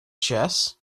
chess